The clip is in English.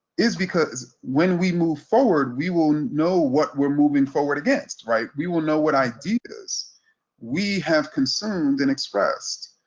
is because when we move forward, we will know what we're moving forward against right we will know what ideas we have concerned and expressed,